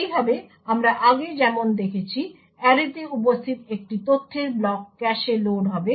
এইভাবে আমরা আগে যেমন দেখেছি অ্যারেতে উপস্থিত একটি তথ্যের ব্লক ক্যাশে লোড হবে